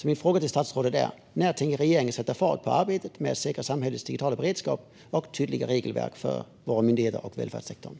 Min fråga till statsrådet är: När tänker regeringen sätta fart på arbetet med att säkra samhällets digitala beredskap och skapa tydliga regelverk för våra myndigheter och välfärdssektorn?